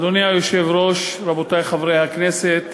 אדוני היושב-ראש, רבותי חברי הכנסת,